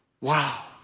Wow